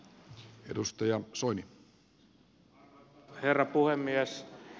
arvoisa herra puhemies